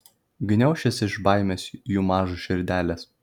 gniaušis iš baimės jų mažos širdelės